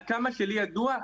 עד כמה שלי ידוע,